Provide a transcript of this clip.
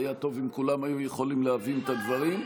והיה טוב אם כולם היו יכולים להבין את הדברים.